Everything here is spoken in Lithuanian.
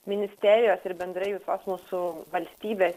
ministerijos ir bendrai visos mūsų valstybės